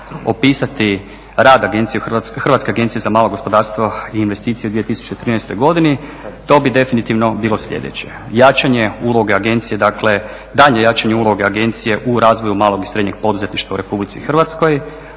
opisati rad Hrvatske agencije za malo gospodarstvo i investicije u 2013. godini to bi definitivno bilo sljedeće: jačanje uloge agencije, dakle daljnje jačanje uloge agencije u razvoju malog i srednjeg poduzetništva u RH, početak